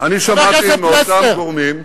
אני שמעתי מאותם גורמים,